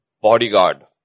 bodyguard